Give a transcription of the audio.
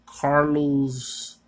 Carlos